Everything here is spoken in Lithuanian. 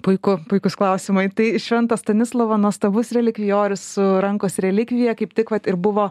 puiku puikūs klausimai tai švento stanislovo nuostabus relikvijorius su rankos relikvija kaip tik vat ir buvo